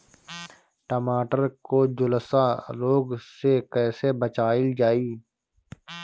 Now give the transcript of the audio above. टमाटर को जुलसा रोग से कैसे बचाइल जाइ?